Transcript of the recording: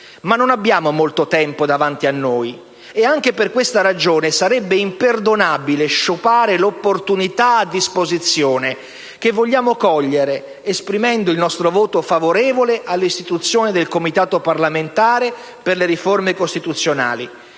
Ma non abbiamo molto tempo davanti a noi e anche per questa ragione sarebbe imperdonabile sciupare l'opportunità a disposizione che vogliamo cogliere esprimendo il nostro voto favorevole all'istituzione del Comitato parlamentare per le riforme costituzionali,